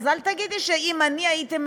אז אל תגידי: אם אני הייתי,